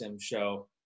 show